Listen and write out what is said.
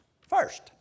first